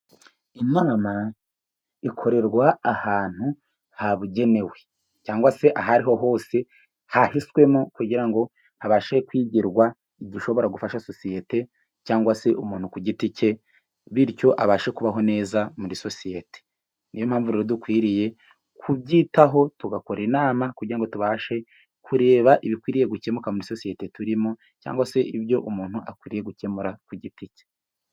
Inama ikorerwa ahantu habugenewe. Cyangwa se aho ariho hose hahiswemo kugira ngo habashe kwigirwa igishobora gufasha sosiyete, cyangwa se umuntu ku giti cye, bityo abashe kubaho neza muri sosiyete. Niyo mpamvu rero dukwiriye kubyitaho, tugakora inama, kugira ngo tubashe kureba ibikwiriye gukemuka muri sosiyete turimo, cyangwa se ibyo umuntu akwiriye gukemura ku giti cye.